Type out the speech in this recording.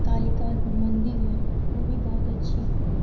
کالیکا مندر ہے وہ بھی بہت اچھی ہے